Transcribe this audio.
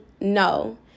no